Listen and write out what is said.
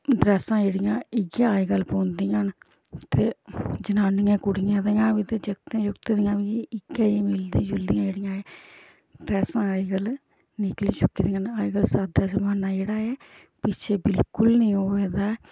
ड्रैसां जेह्ड़ियां इ'यै अज्जकल पौंदियां न ते जनानियां कुड़ियें ताईं ते जागतें जुगतें दियां बी इक्कै जेहियां मिलदिया जुलदियां जेह्ड़ियां एह् ड्रैसां अज्जकल निकली चुकी दियां न अज्जकल सादा जमान्ना जेह्ड़ा ऐ पिच्छेंं बिल्कुल नी ओह् होऐ दा ऐ